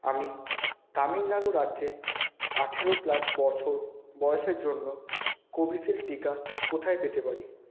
আমি তামিলনাড়ু রাজ্যে আঠেরো প্লাস বছর বয়সের জন্য কোভিশিল্ড টিকা কোথায় পেতে পারি